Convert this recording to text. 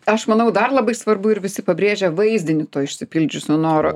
aš manau dar labai svarbu ir visi pabrėžia vaizdinį to išsipildžiusios noro